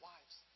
Wives